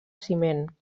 ciment